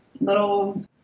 little